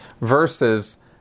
versus